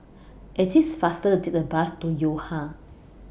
IT IS faster Take The Bus to Yo Ha